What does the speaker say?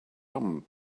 rum